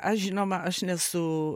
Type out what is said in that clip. aš žinoma aš nesu